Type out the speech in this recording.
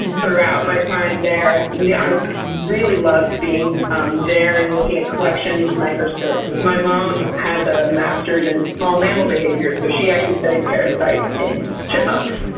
throughout my time there i really loved being um there and looking at collections, microscopes, my mom has a master's in small mammal behavior, so she studied parasites in chipmunks.